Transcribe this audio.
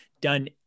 done